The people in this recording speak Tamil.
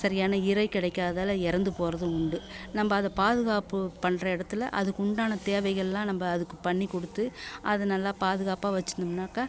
சரியான இரை கிடைக்காதால இறந்து போகிறதும் உண்டு நம்ம அதை பாதுகாப்பு பண்ணுற இடத்துல அதுக்குண்டான தேவைகள்லாம் நம்ம அதுக்கு பண்ணிக் கொடுத்து அதை நல்லா பாதுகாப்பாக வெச்சுருந்தோம்னாக்கா